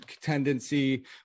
tendency